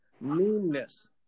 meanness